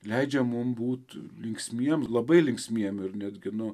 leidžia mum būt linksmiem labai linksmiem ir netgi nu